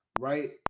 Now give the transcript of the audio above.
right